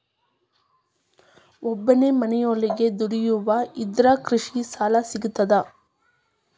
ಒಬ್ಬನೇ ಮನಿಯೊಳಗ ದುಡಿಯುವಾ ಇದ್ರ ಕೃಷಿ ಸಾಲಾ ಸಿಗ್ತದಾ?